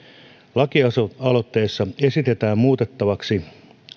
lakialoitteessa esitetään muutettavaksi